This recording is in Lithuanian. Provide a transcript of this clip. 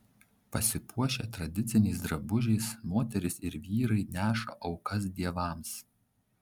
pasipuošę tradiciniais drabužiais moterys ir vyrai neša aukas dievams